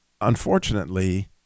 unfortunately